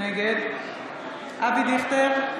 נגד אבי דיכטר,